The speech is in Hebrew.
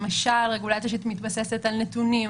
למשל רגולציה שמתבססת על נתונים,